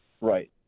Right